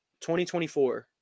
2024